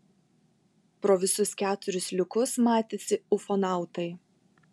pro visus keturis liukus matėsi ufonautai